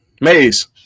Maze